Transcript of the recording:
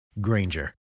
Granger